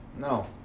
No